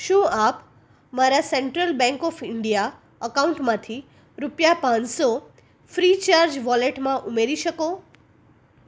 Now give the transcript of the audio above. શું આપ મારા સેન્ટ્રલ બેંક ઓફ ઇન્ડિયા અકાઉન્ટમાંથી રૂપિયા પાંચસો ફ્રી ચાર્જ વોલેટમાં ઉમેરી શકો